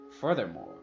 Furthermore